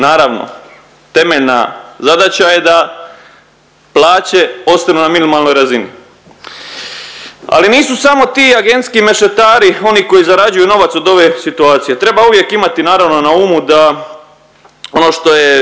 naravno temeljna zadaća je da plaće ostanu na minimalnoj razini. Ali nisu samo ti agentski mešetari oni koji zarađuju novac od ove situacije. Treba uvijek imati naravno na umu da ono što je